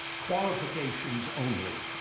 qualifications only.